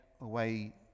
away